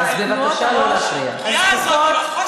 על פגיעה בגאווה הלאומית.